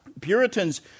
Puritans